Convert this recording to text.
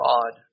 God